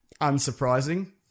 Unsurprising